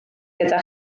gyda